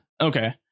okay